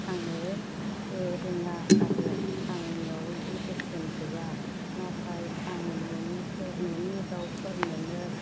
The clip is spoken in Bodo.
आङो रोङा आरो आंनियाव इदि बोसोन गैया नाथाय आं न'नि दाउफोरनोनो